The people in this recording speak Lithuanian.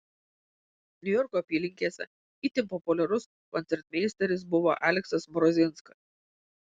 niujorko apylinkėse itin populiarus koncertmeisteris buvo aleksas mrozinskas